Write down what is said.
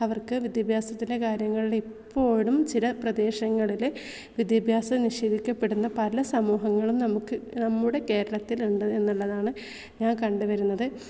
അവർക്ക് വിദ്യഭ്യാസത്തിൻ്റെ കാര്യങ്ങളിൽ ഇപ്പോഴും ചില പ്രദേശങ്ങളിൽ വിദ്യാഭ്യാസം നിഷേധിക്കപ്പെടുന്ന പല സമൂഹങ്ങളും നമുക്ക് നമ്മുടെ കേരളത്തിലുണ്ട് എന്നുള്ളതാണ് ഞാൻ കണ്ട് വരുന്നത്